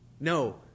No